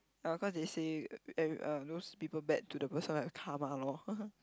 uh cause they say uh those people bad to the person will have karma loh